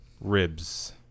ribs